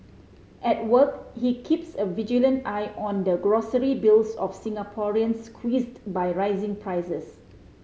at work he keeps a vigilant eye on the grocery bills of Singaporeans squeezed by rising prices